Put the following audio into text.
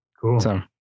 Cool